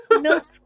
Milk